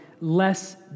less